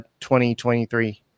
2023